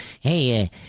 Hey